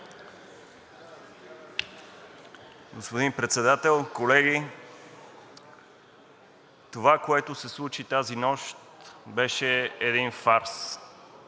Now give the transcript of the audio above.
Господин Председател, колеги! Това, което се случи тази нощ, беше един фарс